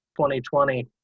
2020